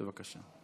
בבקשה.